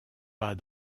pas